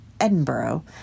Edinburgh